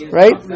right